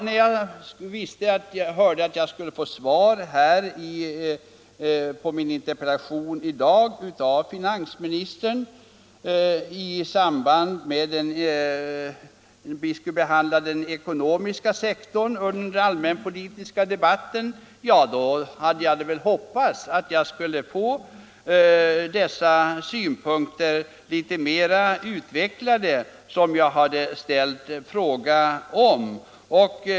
När jag hörde att jag av finansministern skulle få svar på min interpellation vid behandlingen av den ekonomiska sektorn under den allmänpolitiska debatten hoppades jag att finansministern något mer utförligt än vad som blivit fallet skulle utveckla sin syn på den fråga jag framställt.